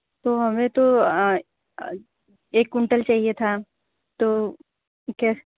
तो हमें तो एक कुंटल चाहिए था तो कैसे